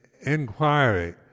Inquiry